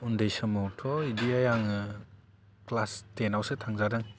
उदै समावथ' बिदिहाय आङो क्लास टेनावसो थांजादों